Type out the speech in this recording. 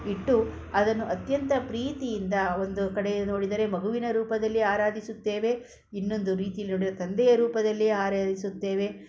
ಇಟ್ಟು ಅದನ್ನು ಅತ್ಯಂತ ಪ್ರೀತಿಯಿಂದ ಒಂದು ಕಡೆ ನೋಡಿದರೆ ಮಗುವಿನ ರೂಪದಲ್ಲಿ ಆರಾಧಿಸುತ್ತೇವೆ ಇನ್ನೊಂದು ರೀತಿಯಲ್ಲಿ ನೋಡಿದ್ರೆ ತಂದೆಯ ರೂಪದಲ್ಲಿ ಆರಾಧಿಸುತ್ತೇವೆ